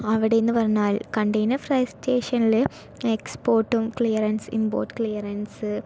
അവിടെ എന്ന് പറഞ്ഞാൽ കണ്ടൈനർ ഫ്രെയ്റ്റ് സ്റ്റേഷനില് എക്സ്പോർട്ടും ക്ലീയറൻസിങ്ങും ഇമ്പോർട്ട് ക്ലീറൻസ്